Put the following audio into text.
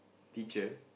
teacher